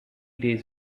days